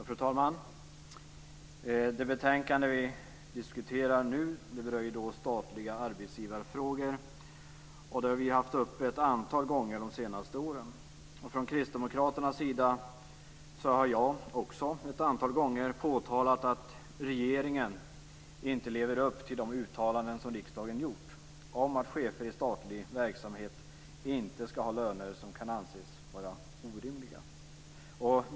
Fru talman! Det betänkande vi nu diskuterar berör statliga arbetsgivarfrågor. Dessa har vi haft uppe ett antal gånger under de senaste åren. Från Kristdemokraternas sida har jag också ett antal gånger påtalat att regeringen inte lever upp till de uttalanden som riksdagen har gjort om att chefer i statlig verksamhet inte skall ha löner som kan anses vara orimliga.